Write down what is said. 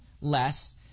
less